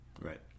Right